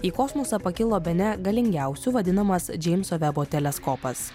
į kosmosą pakilo bene galingiausiu vadinamas džeimso vebo teleskopas